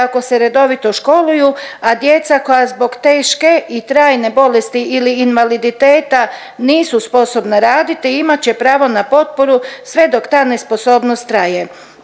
ako se redovito školuju, a djeca koja zbog teške i trajne bolesti ili invaliditeta nisu sposobna raditi, imat će pravo na potporu sve dok ta nesposobnost traje.